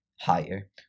higher